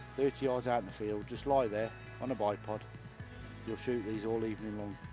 thirty yards out in the field, just lie there on a bipod your shoot these all evening long.